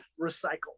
recycle